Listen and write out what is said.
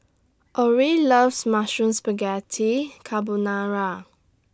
Orrie loves Mushroom Spaghetti Carbonara